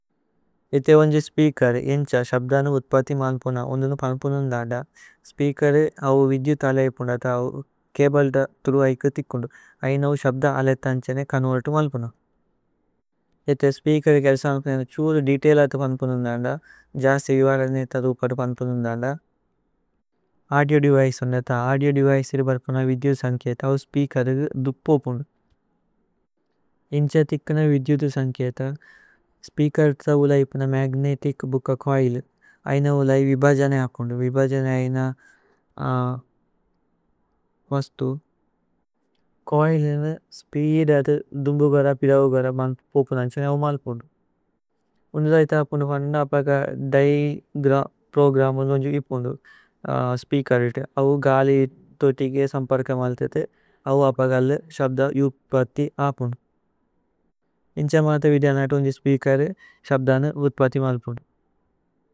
ഇഥേ ഓനേജു സ്പേഅകേര് ഇന്ഛ ശബ്ദന ഉത്പതി മല്പുന, ഉന്ദുനു പന്പുനു ന്ദന്ദ സ്പേഅകേരു അവു വിദ്യു। ഥലഏപുന്ദത അവു കേബല്ത ഥ്രു ഐകു ഥിക്കുന്ദു। ഐന ഉ ശബ്ദ അലതന്ഛനേ കനുഅല്തു മല്പുന ഇഥേ। സ്പേഅകേരു ഗല്സമല്പുനേന ഛുദു ദേതൈല് അഥു। പന്പുനു ന്ദന്ദ ജസ്തി വിവാരനേ ഥദു പദു। പന്പുനു ന്ദന്ദ ഔദിഓ ദേവിചേ ഉന്ദത ഔദിഓ ദേവിചേ। ഇദു പര്പുന വിദ്യു സന്കേയ്ത അവു സ്പേഅകേര്। ദുപ്പോപുന്ദു ഇന്ഛ ഥിക്കുന വിദ്യു ഥു സന്കേയ്ത। സ്പേഅകേരു ഥലഏപുന മഗ്നേതിച് ബുക ചോഇല് ഐന। ഉലൈ വിഭജനേ അപുന്ദു വിഭജനേ ഐന വസ്തു। ഛോഇലിനേ സ്പീദേ ദുമ്ബു ഗര പിദൌ ഗര മന്പുപുന്। അന്ഛനേ അവുമല്പുന്ദു ഉന്ദു ധൈഥ അപുന്ദു। മന്ദന്ദ അപഗ ദൈഗ്ര പ്രോഗ്രമു ന്ദോന്ജു ഇപുന്ദു। സ്പേഅകേരു ഇതേ അവു ഗലി ഥോതി കേ സമ്പര്കമലതിഥു। അവു അപഗല ശബ്ദ ഉത്പതി അപുന്ദു। ഇന്ഛ മഥ വിദ്യന ഇതോന്ജു। സ്പേഅകേരു ശബ്ദന ഉത്പതി മല്പുന।